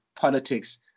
politics